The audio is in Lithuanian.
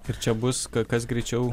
ir čia bus kur kas greičiau